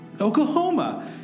Oklahoma